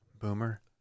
Boomer